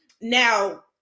Now